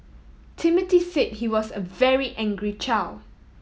Timothy say he was a very angry child